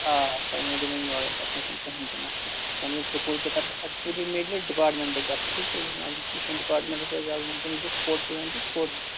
آ سۄ میلہِ یِمَن یورَے تَتھ مَنٛز چھُنہٕ کٕنٛہٕۍ تہٕ مَسلہٕ سۄ میلہِ سکوٗل کہِ طرفہٕ ایٚکچوٗلی میلہِ یہِ ڈِپاٹمیٚنٛٹ طرفہٕ ٹھیٖک چھا یُس زَن ایٚجوکیشَن ڈِپاٹمیٚنٛٹ آسہِ زیادٕ وُنکیٚن یہِ چھُ سٕپوٹٕس اِوینٹس سٕپوٹٕس